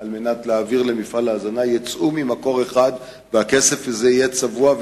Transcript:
כדי להעבירם למפעל ההזנה יצאו ממקור אחד והכסף הזה יהיה צבוע.